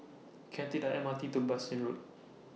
Can I Take The M R T to Bassein Road